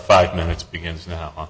five minutes begins now